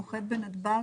נוחת בנתב"ג,